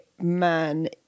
man